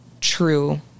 true